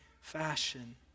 fashion